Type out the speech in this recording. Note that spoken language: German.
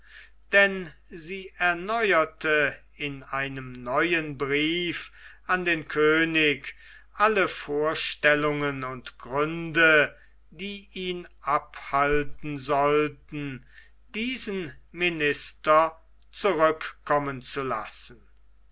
denn sie erneuerte in einem neuen briefe an den könig alle vorstellungen und gründe die ihn abhalten sollten diesen minister zurückkommen zu lassen